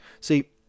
see